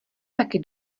taky